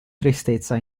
tristezza